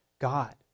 God